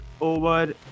over